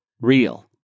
real